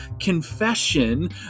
confession